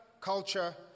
culture